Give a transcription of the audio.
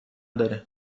داره